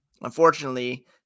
Unfortunately